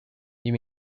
you